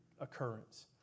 occurrence